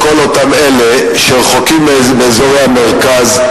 לכל אותם אלה שרחוקים מאזורי המרכז,